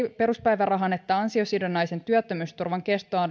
peruspäivärahan että ansiosidonnaisen työttömyysturvan kestoa